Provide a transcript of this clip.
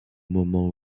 moment